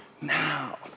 now